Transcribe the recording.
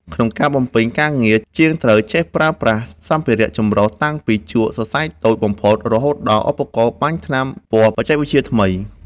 ក្នុងការបំពេញការងារ ជាងត្រូវចេះប្រើប្រាស់សម្ភារៈចម្រុះតាំងពីជក់សរសៃតូចបំផុត រហូតដល់ឧបករណ៍បាញ់ថ្នាំពណ៌បច្ចេកវិទ្យាថ្មី។